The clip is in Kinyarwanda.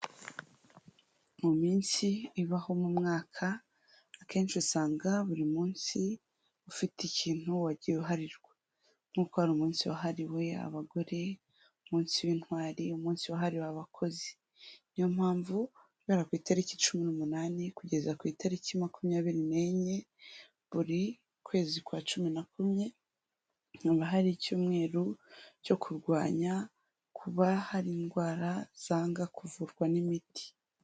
Mu minsi ibaho mu mwaka; akenshi usanga buri munsi ufite ikintu wagiye uharirwa, nk'uko hari umunsi wahariwe abagore, umunsi w'intwari, umunsi wahariwe abakozi, niyo mpamvu guhera ku itariki cumi n'umunani kugeza ku itariki makumyabiri n'enye buri kwezi kwa cumi na kumwe; nyuma hari icyumweru cyo kurwanya kuba hari indwara zanga kuvurwa n'imiti.